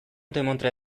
demontre